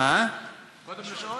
אתה יכול לשאול